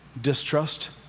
distrust